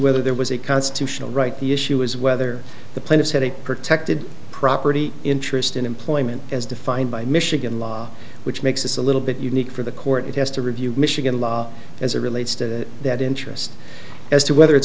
whether there was a constitutional right the issue is whether the plaintiffs had a protected property interest in employment as defined by michigan law which makes this a little bit unique for the court it has to review michigan law as it relates to that interest as to whether it's